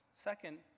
Second